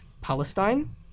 Palestine